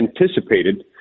anticipated